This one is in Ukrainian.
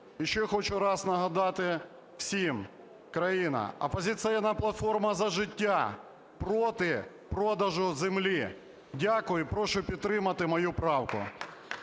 ще хочу раз нагадати всім. Країна, "Опозиційна платформа - За життя" проти продажу землі. Дякую. І прошу підтримати мою правку.